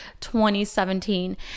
2017